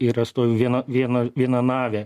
yra stovi viena viena vienanavė